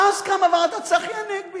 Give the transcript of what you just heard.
ואז קמה ועדת צחי הנגבי,